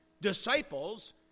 disciples